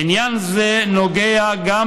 עניין זה נוגע גם